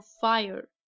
fire